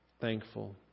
thankful